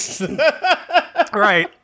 Right